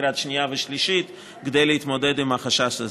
לקראת שנייה ושלישית כדי להתמודד עם החשש הזה.